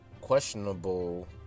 questionable